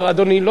לא השיב.